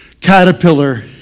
caterpillar